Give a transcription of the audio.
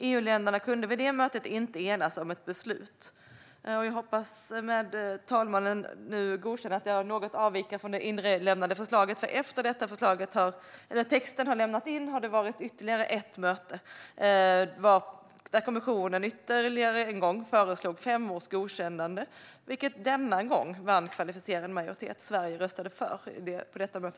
EU-länderna kunde vid mötet inte enas om ett beslut. Jag hoppas att fru talmannen godkänner att jag avviker något från den tidigare inlämnade texten till svaret, för därefter har det varit ytterligare ett möte. Där förslog kommissionen åter fem års godkännande, vilket denna gång vann kvalificerad majoritet. Sverige röstade för också på detta möte.